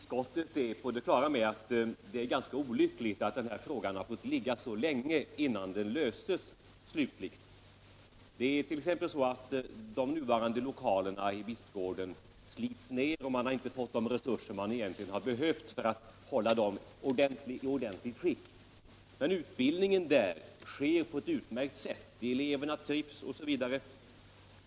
Herr talman! Utbildningsutskottet är på det klara med att det är ganska olyckligt att den här frågan har fått ligga så länge, innan den slutligen löses. Det är t.ex. så, att de nuvarande lokalerna i Bispgården slits ned, och man har inte fått de resurser man egentligen behövt för att hålla dem i ordentligt skick. Men utbildningen där sker på ett utmärkt sätt, eleverna trivs osv.